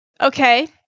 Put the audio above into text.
Okay